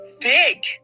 big